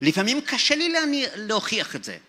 לפעמים קשה לי להנ...להוכיח את זה.